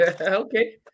Okay